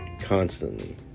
constantly